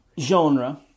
genre